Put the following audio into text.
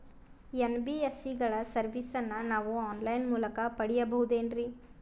NBSC ಗಳ ಸರ್ವಿಸನ್ನ ನಾವು ಆನ್ ಲೈನ್ ಮೂಲಕ ಪಡೆಯಬಹುದೇನ್ರಿ?